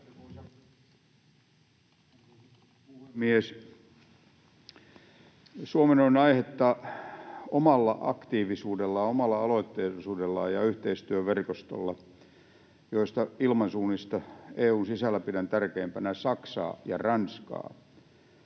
Suomen on aihetta omalla aktiivisuudellaan, omalla aloitteellisuudellaan, ja yhteistyöverkostolla — ilmansuunnista EU:n sisällä pidän tärkeimpinä Saksaa ja Ranskaa